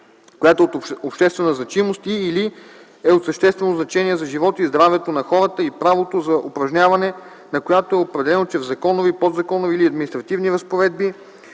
която е от обществена значимост и/или е от съществено значение за живота и здравето на хората, и правото за упражняване на която е определено чрез законови, подзаконови или административни разпоредби,